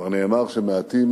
כבר נאמר שמעטים